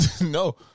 No